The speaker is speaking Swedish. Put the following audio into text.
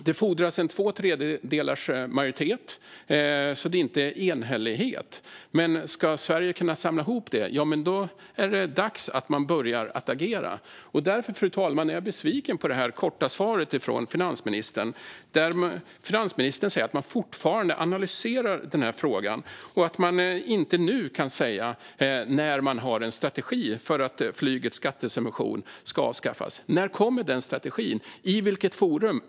Det fordras två tredjedelars majoritet, så det krävs alltså inte enhällighet. Men ska Sverige kunna samla ihop det är det dags att börja agera. Därför är jag besviken på det korta svaret från finansministern, fru talman. Finansministern säger att man fortfarande analyserar frågan och att man inte nu kan säga när man har en strategi för att flygets skattesubvention ska avskaffas. När kommer den strategin och i vilket forum?